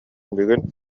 бүгүн